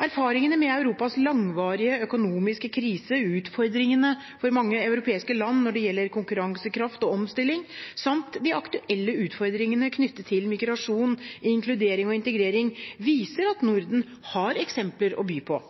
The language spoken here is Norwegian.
Erfaringene med Europas langvarige økonomiske krise, utfordringene for mange europeiske land når det gjelder konkurransekraft og omstilling, samt de aktuelle utfordringene knyttet til migrasjon, inkludering og integrering viser at Norden har eksempler å by på.